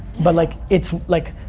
but, like, it's, like,